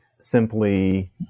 simply